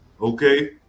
okay